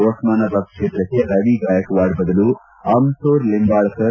ಒಸ್ಥಾನಬಾದ್ ಕ್ಷೇತ್ರಕ್ಕೆ ರವಿ ಗಾಯಕ್ವಾಡ್ ಬದಲು ಅಮ್ಸೋರ್ ಲಿಂಬಾಳ್ಕರ್